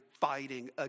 fighting